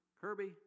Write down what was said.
Kirby